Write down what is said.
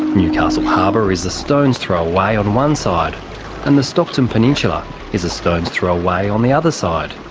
newcastle harbour is a stone's throw away on one side and the stockton peninsula is a stone's throw away on the other side.